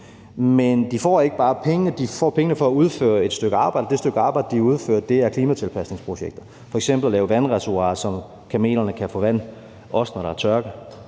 pengene. De får pengene for at udføre et stykke arbejde, og det stykke arbejde, de udfører, er klimatilpasningsprojekter, f.eks. at lave vandreservoirer, så kamelerne kan få vand, også når der er tørke,